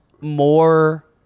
more